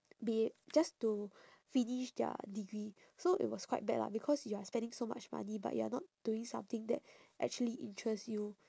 be it just to finish their degree so it was quite bad lah because you are spending so much money but you're not doing something that actually interests you